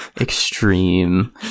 extreme